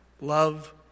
Love